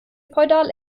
feudal